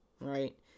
right